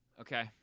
Okay